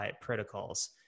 protocols